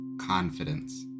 confidence